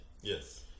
Yes